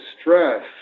stress